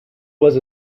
was